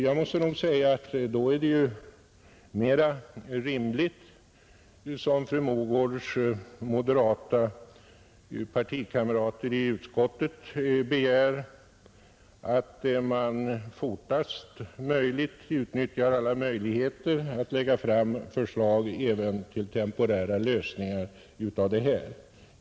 Den begäran som gjorts av fru Mogårds moderata partikamrater i utskottet om att utredningen snarast utnyttjar alla möjligheter att lägga fram förslag även till temporära lösningar av den här frågan är mer rimligt.